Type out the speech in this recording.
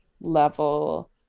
level